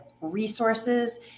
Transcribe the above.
resources